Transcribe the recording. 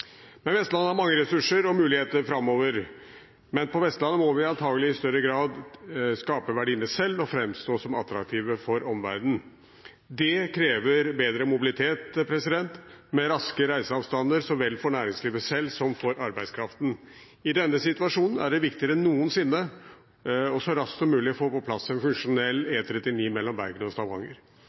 men vi må antakelig i større grad skape verdiene selv og framstå som attraktive for omverdenen. Det krever bedre mobilitet, med korte reiseavstander for så vel næringslivet selv som for arbeidskraften. I denne situasjonen er det viktigere enn noensinne så raskt som mulig å få på plass en funksjonell E39 mellom Bergen og Stavanger.